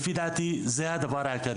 לפי דעתי זה הדבר העיקרי.